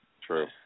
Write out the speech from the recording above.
true